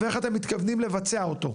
ואיך אתם מתכוונים לבצע אותו?